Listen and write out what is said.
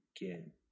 again